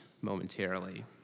momentarily